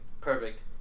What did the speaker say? perfect